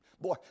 Boy